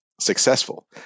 successful